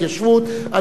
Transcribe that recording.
אז היא פשוט טועה,